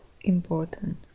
important